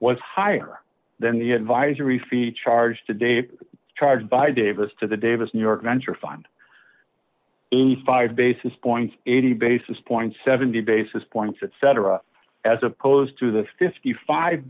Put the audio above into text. was higher than the advisory fee charged to date charged by davis to the davis new york venture fund eighty five basis points eighty basis points seventy basis points etc as opposed to the fifty five